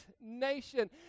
nation